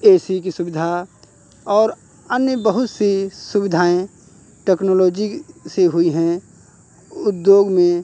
ए C की सुविधा और अन्य बहुत सी सुविधाएँ टेक्नोलॉजी से हुई हैं उद्योग में